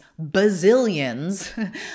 bazillions